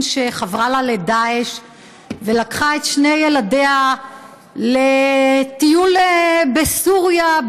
שחברה לה לדאעש ולקחה את שני ילדיה לטיול בסוריה,